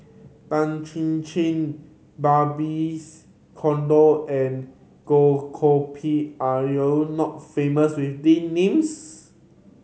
Tan Chin Chin Babes Conde and Goh Koh Pui are you not famous with these names